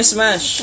Smash